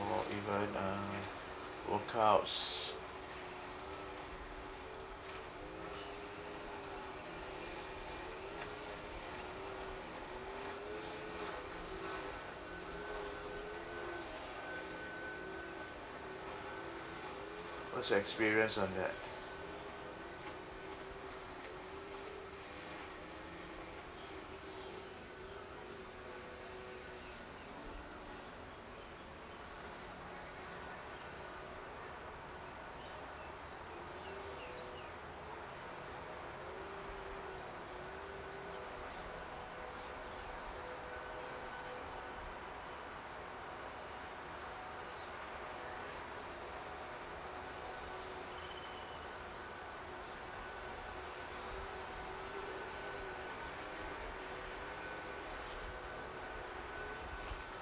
or even uh workouts what's your experience on that